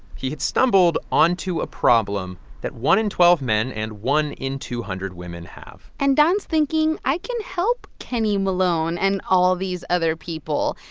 he had stumbled onto a problem that one in twelve men and one in two hundred women have and don's thinking, i can help kenny malone and all these other people.